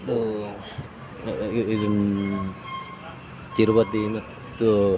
ಇದು ತಿರುಪತಿ ಮತ್ತು